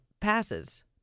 passes